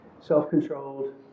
self-controlled